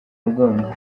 mugongo